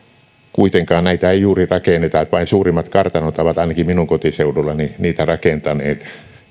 kuitenkaan näitä ei juuri rakenneta vain suurimmat kartanot ovat ainakin minun kotiseudullani niitä rakentaneet